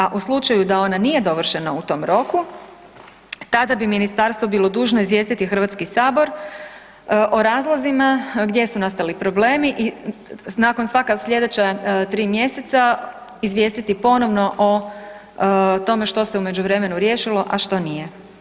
A u slučaju da ona nije dovršena u tom roku tada bi ministarstvo bilo dužno izvijestiti Hrvatski sabor o razlozima gdje su nastali problemi i nakon svaka slijedeća 3 mjeseca izvijestiti ponovno o tome što se u međuvremenu riješilo, a što nije.